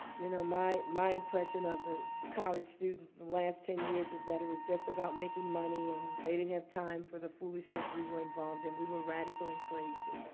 you know my my impression of the college students the last ten years is that it was just about making money and they didn't have time for the foolishness we were involved in. and we were radical and crazy.